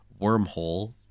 wormhole